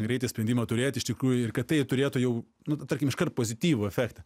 greitai sprendimą turėt iš tikrųjų ir kad tai turėtų jau nu tarkim iškart pozityvų efektą